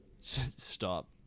stop